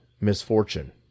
misfortune